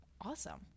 awesome